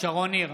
שרון ניר,